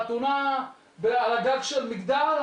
חתונה על הגג של מגדל,